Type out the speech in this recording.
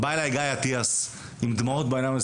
בא אליי גיא אטיאס, עם דמעות בעיניים.